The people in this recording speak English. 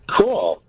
Cool